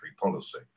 policy